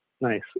Nice